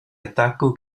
attacco